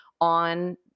on